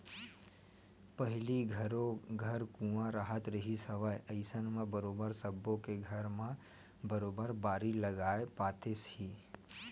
पहिली घरो घर कुँआ राहत रिहिस हवय अइसन म बरोबर सब्बो के घर म बरोबर बाड़ी लगाए पातेस ही